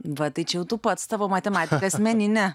va tai čia jau tu pats tavo matematika asmeninė